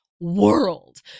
world